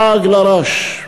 לעג לרש.